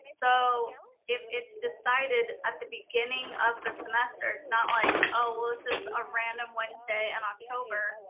so if it's decided at the beginning of the semester, it's not like, oh, well this is a random wednesday in october.